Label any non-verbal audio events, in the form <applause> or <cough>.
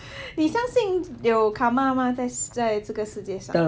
<breath> 你相信有 karma 吗在这个世界上